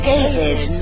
David